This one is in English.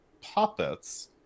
puppets